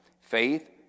faith